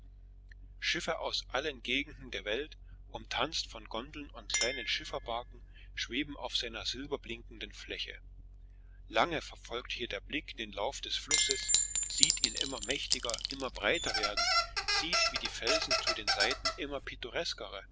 schiffe aus allen gegenden der welt umtanzt von gondeln und kleinen schifferbarken schweben auf seiner silberblinkenden fläche lange verfolgt hier der blick den lauf des flusses sieht ihn immer mächtiger immer breiter werden sieht wie die felsen zu den seiten immer